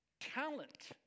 talent